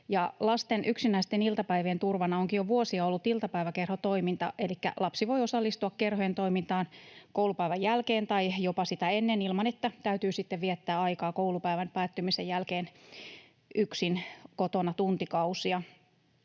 Lasten yksinäisten iltapäivien turvana onkin jo vuosia ollut iltapäiväkerhotoiminta, elikkä lapsi voi osallistua kerhojen toimintaan koulupäivän jälkeen tai jopa sitä ennen, niin ettei tarvitse viettää aikaa koulupäivän päättymisen jälkeen yksin kotona tuntikausia.